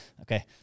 okay